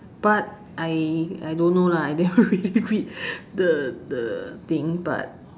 but I I don't know lah I never really read the the thing but